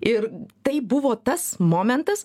ir tai buvo tas momentas